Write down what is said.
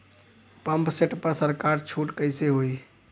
Pump set पर सरकार छूट कईसे होई?